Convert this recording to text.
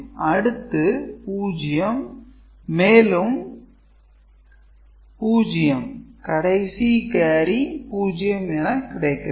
அடுத்து 0 மேலும் 0 கடைசி கேரி 0 என கிடைக்கிறது